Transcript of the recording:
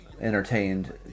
entertained